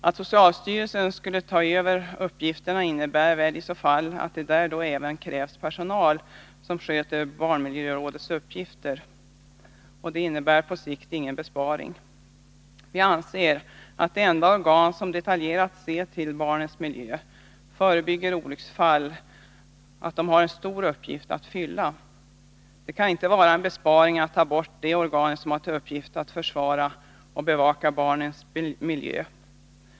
Att socialstyrelsen skulle ta över barnmiljörå dets uppgifter innebär väl att det även där krävs personal som sköter dessa uppgifter. Det medför på sikt ingen besparing. Vi anser att det enda organ som detaljerat ser till barnens miljö och förebygger olycksfall m.m. har en stor uppgift att fylla. Det kan inte vara en besparing att ta bort det organ som har till uppgift att försvara och bevaka barnens miljö.